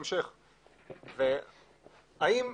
האם,